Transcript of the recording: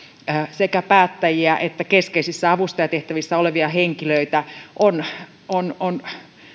sekä päättäjiä että keskeisissä avustajatehtävissä olevia henkilöitä on on